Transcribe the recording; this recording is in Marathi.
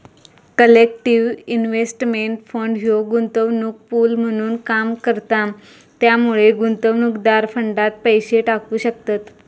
कलेक्टिव्ह इन्व्हेस्टमेंट फंड ह्यो गुंतवणूक पूल म्हणून काम करता त्यामुळे गुंतवणूकदार फंडात पैसे टाकू शकतत